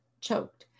choked